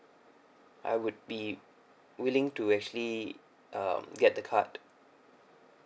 I would be willing to actually um get the card